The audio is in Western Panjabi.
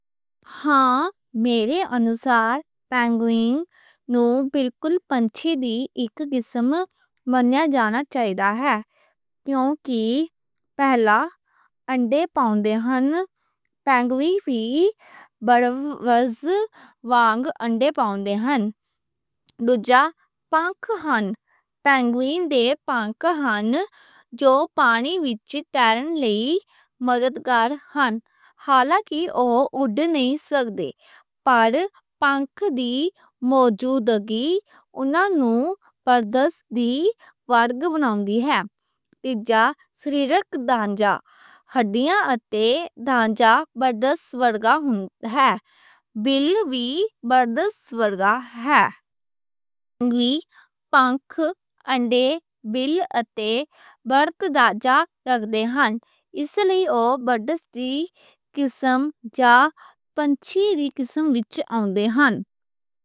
ہاں، میرے انُسار پینگوئن نوں بالکل پکھی دی اک قسم منیا جانا چاہیدا اے۔ کیونکہ، پہلاں انڈے پوندے ہن، پینگوئن وی بڑواں وجوں انڈے پوندے ہن۔ دوجھا، پکھ ہن، پینگوئن دے پکھ ہن، جو پانی وچ تیرن لئی مددگار ہن، حالانکہ او اُڈ نہیں سکدے، پر پکھ دی موجودگی انہاں نوں برڈز دی ورگ بناؤندی اے۔ تیجھا، سریرک ڈھانچا، ہڈیاں اتے ڈھانچا برڈز ورگا ہوندا اے، بل وی برڈز ورگا ہندا اے۔ پینگوئن، پکھ، انڈے، بل اتے برڈز ڈھانچا رکھ دے ہن، اس لئی او برڈز دی قسم جا پکھی دی قسم وچ آندے ہن۔